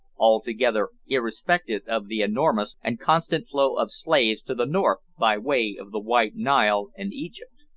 altogether irrespective of the enormous and constant flow of slaves to the north by way of the white nile and egypt.